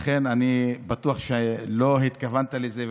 אני בטוח שלא התכוונת לזה.